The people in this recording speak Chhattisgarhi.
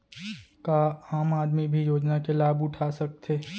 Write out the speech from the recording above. का आम आदमी भी योजना के लाभ उठा सकथे?